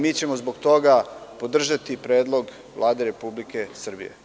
Mi ćemo zbog toga podržati Predlog Vlade Republike Srbije.